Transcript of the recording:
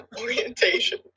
orientation